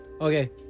Okay